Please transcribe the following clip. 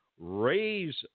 Raise